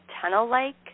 tunnel-like